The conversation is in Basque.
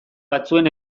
batzuen